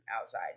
outside